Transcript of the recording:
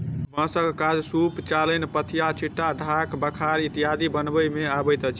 बाँसक काज सूप, चालैन, पथिया, छिट्टा, ढाक, बखार इत्यादि बनबय मे अबैत अछि